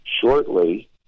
shortly